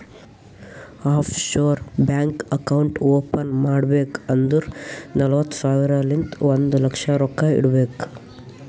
of sure bank account open ಮಾಡ್ಬೇಕ್ ಅಂದುರ್ ನಲ್ವತ್ತ್ ಸಾವಿರಲಿಂತ್ ಒಂದ್ ಲಕ್ಷ ರೊಕ್ಕಾ ಇಡಬೇಕ್